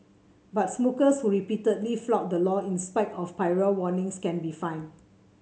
but smokers who repeatedly flout the law in spite of prior warnings can be fined